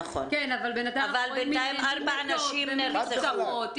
כן, אבל בינתיים ארבע נשים נרצחו.